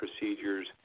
procedures